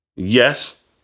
Yes